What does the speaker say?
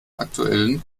aktuellen